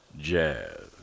Jazz